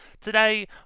Today